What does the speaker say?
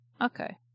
Okay